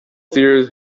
tear